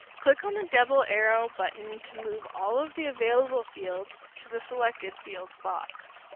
click on the double arrow button to move all of the available fields to the selected fields box.